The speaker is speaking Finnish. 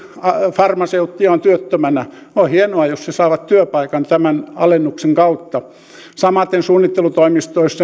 farmaseuttia on työttömänä on hienoa jos he saavat työpaikan tämän alennuksen kautta samaten suunnittelutoimistoissa